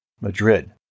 Madrid